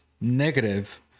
negative